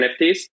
NFTs